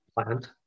plant